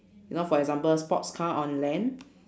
you know for example sports car on land